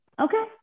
Okay